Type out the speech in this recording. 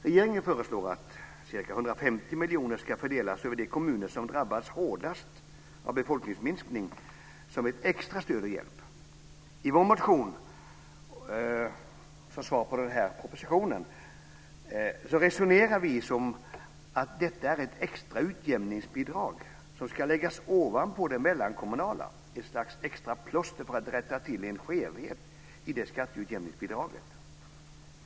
Regeringen föreslår att 150 miljoner ska fördelas över de kommuner som drabbats hårdast av befolkningsminskning som ett extra stöd och hjälp. I vår motion som svar på propositionen resonerar vi som så att detta är ett extra utjämningsbidrag som ska läggas ovanpå det mellankommunala - ett slags extra plåster för att rätta till en skevhet i skatteutjämningsbidraget.